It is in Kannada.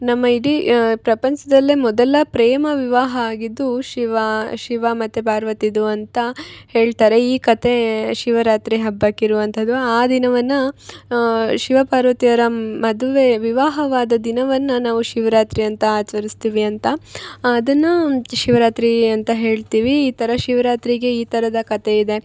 ನಮ್ಮ ಇಡೀ ಪ್ರಪಂಚದಲ್ಲೇ ಮೊದಲ ಪ್ರೇಮ ವಿವಾಹ ಆಗಿದ್ದು ಶಿವ ಶಿವ ಮತ್ತೆ ಪಾರ್ವತಿದು ಅಂತ ಹೇಳ್ತಾರೆ ಈ ಕತೆ ಶಿವರಾತ್ರಿ ಹಬ್ಬಕ್ಕೆ ಇರುವಂಥದು ಆ ದಿನವನ್ನ ಶಿವ ಪಾರ್ವತಿಯರ ಮದುವೆ ವಿವಾಹವಾದ ದಿನವನ್ನ ನಾವು ಶಿವ್ರಾತ್ರಿ ಅಂತ ಆಚರಸ್ತೀವಿ ಅಂತ ಅದನ್ನ ಶಿವರಾತ್ರಿ ಅಂತ ಹೇಳ್ತೀವಿ ಈ ಥರ ಶಿವ್ರಾತ್ರಿಗೆ ಈ ಥರದ ಕತೆ ಇದೆ